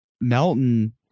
Melton